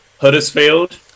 Huddersfield